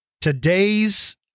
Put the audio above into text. Today's